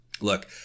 Look